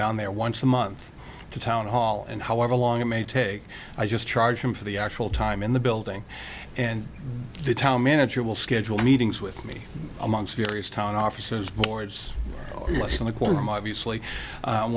down there once a month to town hall and however long it may take i just charge them for the actual time in the building and the town manager will schedule meetings with me amongst various town offices boards in the courtroom obviously